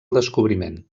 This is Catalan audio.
descobriment